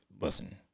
Listen